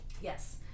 Yes